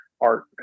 art